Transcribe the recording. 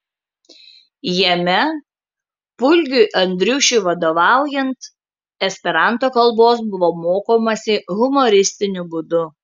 jame pulgiui andriušiui vadovaujant esperanto kalbos buvo mokomasi humoristiniu būdu